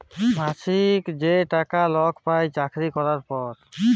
মাছিক যে টাকা লক পায় চাকরি ক্যরার পর